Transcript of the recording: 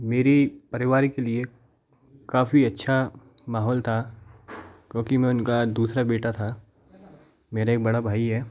मेरे परिवार के लिए काफ़ी अच्छा माहौल था क्योंकि मैं उनका दूसरा बेटा था मेरे एक बड़ा भाई है